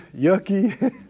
yucky